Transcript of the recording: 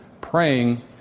praying